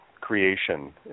creation